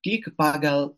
tik pagal